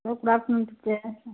hello good afternoon teacher